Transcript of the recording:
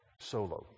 solo